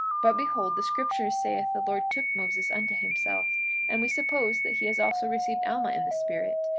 but behold, the scriptures saith the lord took moses unto himself and we suppose that he has also received alma in the spirit,